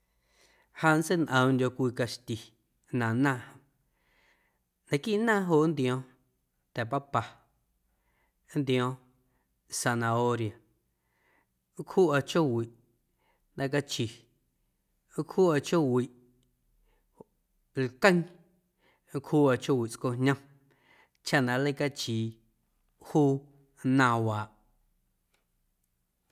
Ja nntseiñꞌoomꞌndyo̱ cwii caxti na naaⁿ, naquiiꞌ naaⁿ joꞌ nntio̱o̱ⁿ ta̱ papa, nntiꞌo̱o̱ⁿ zanahoria nncjuꞌa chjoowiꞌ na cachi, nncjuꞌa chjoowiꞌ lqueeⁿ, nncjuꞌa chjoowiꞌ tscojñom chaꞌ na nleicachii juu naaⁿwaaꞌ.